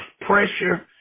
pressure